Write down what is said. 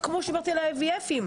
ולגבי מטופלות ה-IVF.